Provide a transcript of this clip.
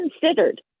considered